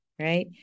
right